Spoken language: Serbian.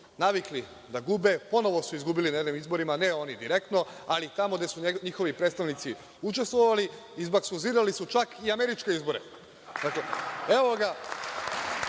navikli da gube, ponovo su izgubili na jednim izborima, ne oni direktno, ali tamo gde su njihovi predstavnici učestvovali izbaksuzirali su čak i američke izbore. Evo, ga